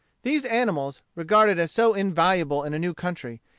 these animals, regarded as so invaluable in a new country,